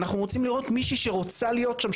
אנחנו רוצים לראות מישהי שרוצה להיות שם,